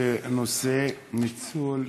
בנושא ניצול קשישים.